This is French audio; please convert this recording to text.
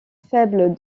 faible